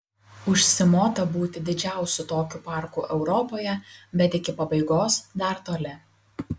užsimota būti didžiausiu tokiu parku europoje bet iki pabaigos dar toli